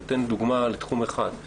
אני אתן דוגמה לתחום אחד.